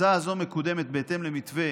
הצעה זו מקודמת בהתאם למתווה